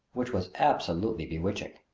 which was absolutely bewitching.